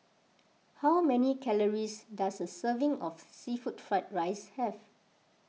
how many calories does a serving of Seafood Fried Rice have